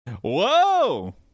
Whoa